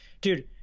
Dude